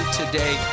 today